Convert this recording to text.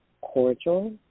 cordial